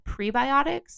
Prebiotics